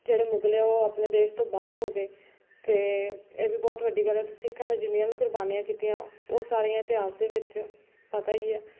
ਜਿਹੜੇ ਮੁਗਲ ਹੈ ਉਹ ਆਪਣੇ ਦੇਸ਼ ਤੋਂ ਬਾਹਰ ਹੋ ਗਏ ਅਤੇ ਇਹ ਵੀ ਬਹੁਤ ਵੱਡੀ ਗੱਲ ਹੈ ਅਤੇ ਸਿੱਖਾਂ ਨੇ ਜਿੰਨੀਆਂ ਵੀ ਕੁਰਬਾਨੀਆਂ ਕੀਤੀਆਂ ਉਹ ਸਾਰੀਆਂ ਇਤਿਹਾਸ ਦੇ ਵਿੱਚ ਪਤਾ ਹੀ ਹੈ